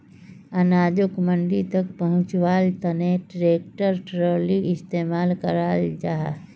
अनाजोक मंडी तक पहुन्च्वार तने ट्रेक्टर ट्रालिर इस्तेमाल कराल जाहा